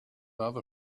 other